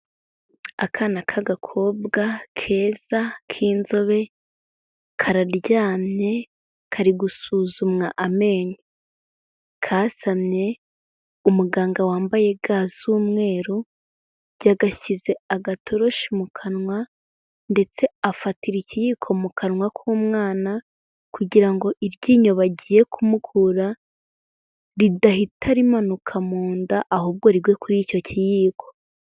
Akana k'agakobwa keza k'inzobe, kararyamye kari gusuzumwa amenyo, kasamye, umuganga wambaye ga z'umweru yagashyize agatoroshi mu kanwa ndetse afatira ikiyiko mu kanwa k'umwana kugira ngo iryinyo bagiye kumukura, ridahita rimanuka mu nda ahubwo rigwe kuri icyo kiyiko.